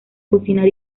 cocinar